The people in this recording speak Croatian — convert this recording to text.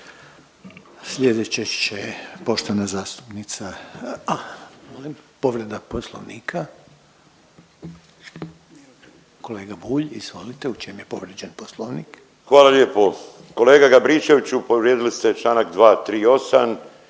Slijedeći će poštovana zastupnica, a molim povreda Poslovnika. Kolega Bulj izvolite u čem je povrijeđen Poslovnik? **Bulj, Miro (MOST)** Hvala lijepo. Kolega Gabričeviću povrijedili ste Članak 238.